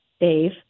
Dave